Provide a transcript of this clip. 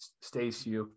Stacey